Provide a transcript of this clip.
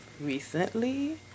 recently